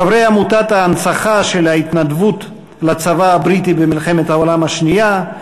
חברי עמותת ההנצחה של ההתנדבות לצבא הבריטי במלחמת העולם השנייה,